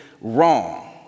wrong